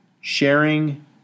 sharing